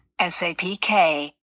SAPK